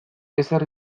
ezer